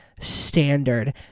standard